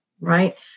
right